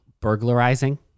burglarizing